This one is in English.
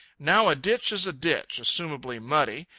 now a ditch is a ditch, assumably muddy,